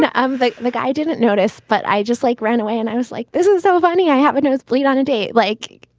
and um like like i didn't notice, but i just like ran away. and i was like, this is so funny. i have a nose bleed on a day like.